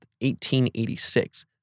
1886